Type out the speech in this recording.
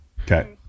Okay